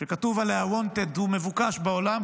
שכתוב עליה wanted, הוא מבוקש בעולם.